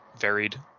varied